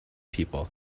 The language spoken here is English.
people